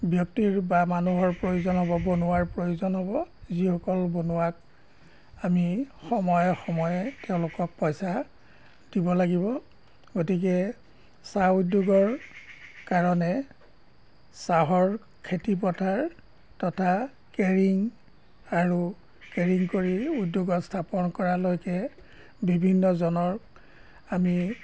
ব্যক্তিৰ বা মানুহৰ প্ৰয়োজন হ'ব বনুৱাৰ প্ৰয়োজন হ'ব যিসকল বনুৱাক আমি সময়ে সময়ে তেওঁলোকক পইচা দিব লাগিব গতিকে চাহ উদ্যোগৰ কাৰণে চাহৰ খেতিপথাৰ তথা কেৰিং আৰু কেৰিং কৰি উদ্যোগত স্থাপন কৰালৈকে বিভিন্নজনক আমি